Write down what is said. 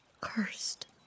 cursed